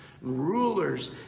rulers